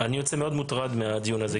אני יוצא מאוד מוטרד מהדיון הזה,